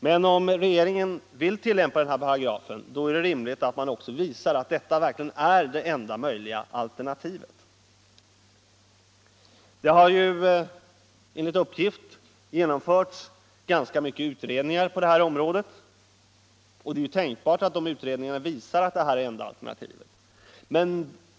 Men om regeringen vill tillämpa denna paragraf då är det rimligt att man också visar att detta är det enda möjliga alternativet. Enligt uppgift har det genomförts ganska många utredningar på detta område, och det är tänkbart att dessa visar att det är det enda alternativet.